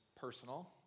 personal